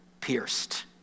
pierced